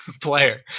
player